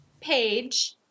page